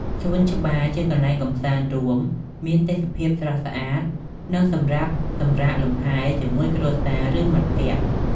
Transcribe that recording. សួនច្បារជាកន្លែងកំសាន្តរួម មានទេសភាពស្រស់ស្អាត និង សម្រាប់សម្រាកលំហែជាមួយគ្រួសារ ឬ មិត្តភក្តិ។